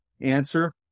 answer